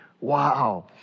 Wow